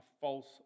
false